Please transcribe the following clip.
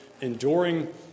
enduring